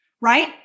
Right